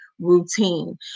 routine